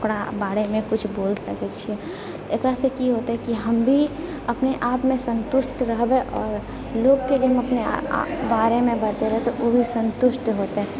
ओकरा बारेमे कुछ बोलि सकै छिए ओकरासँ की होतै कि हम भी अपने आपमे सन्तुष्ट रहबै आओर लोकके जे हम अपने बारेमे बतेबै ओहो सन्तुष्ट होतै